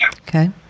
Okay